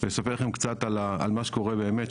ואני אספר לכם קצת על מה שקורה באמת.